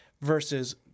versus